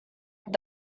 got